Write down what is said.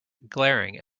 glaring